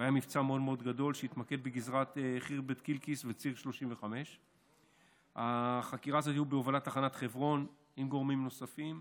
היה מבצע מאוד מאוד גדול שהתמקד בגזרת חורבת קלקס וציר 35. החקירה הזאת הייתה בהובלת תחנת חברון עם גורמים נוספים.